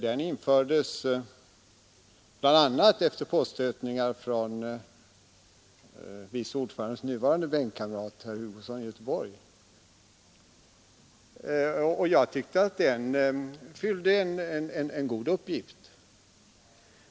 Den infördes bl.a. efter påstötningar från vice ordförandens tillfällige bänkkamrat, herr Hugosson. Jag tyckte att den fyllde en uppgift.